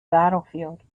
battlefield